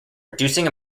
reducing